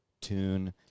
tune